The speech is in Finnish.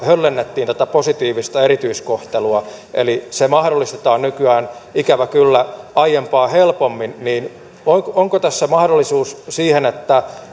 höllennettiin tätä positiivista erityiskohtelua eli kun se mahdollistetaan nykyään ikävä kyllä aiempaa helpommin niin onko tässä mahdollisuus siihen että